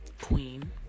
Queen